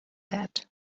that